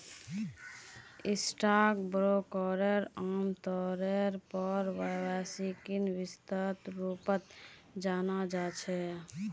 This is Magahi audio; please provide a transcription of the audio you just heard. स्टाक ब्रोकरक आमतौरेर पर व्यवसायिक व्यक्तिर रूपत जाना जा छे